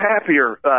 happier